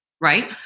right